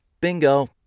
Bingo